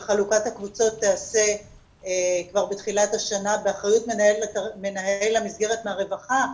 שחלוקת הקבוצות תיעשה כבר בתחילת השנה באחריות מנהל המסגרת מהרווחה,